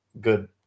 good